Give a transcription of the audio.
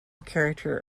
character